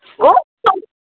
او